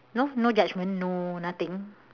no no judgement no nothing